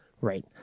Right